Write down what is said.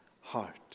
heart